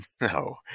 No